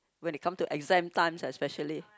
when it come to exam time especially